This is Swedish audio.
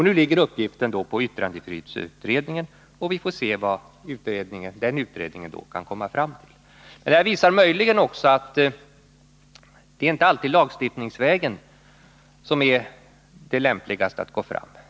Nu ligger uppgiften på yttrandefrihetsutredningen, och vi får se vad denna utredning kan komma fram till. Detta visar möjligen också att det inte alltid är lagstiftningsvägen som är den lämpligaste.